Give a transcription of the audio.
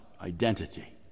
identity